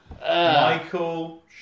Michael